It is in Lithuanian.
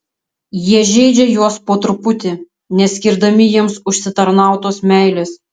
jie žeidžia juos po truputį neskirdami jiems užsitarnautos meilės